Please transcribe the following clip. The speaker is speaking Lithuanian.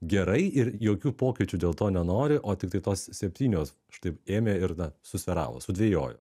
gerai ir jokių pokyčių dėl to nenori o tiktai tos septynios štai ėmė ir na susvyravo sudvejojo